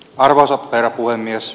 arvoisa herra puhemies